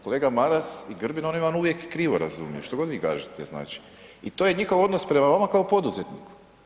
Kolega Maras i Grbin oni vam uvijek krivo razumiju što god vi kažete znači i to je njihov odnos prema vama kao poduzetniku.